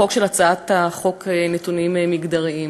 החוק של הצעת חוק נתונים מגדריים.